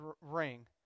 ring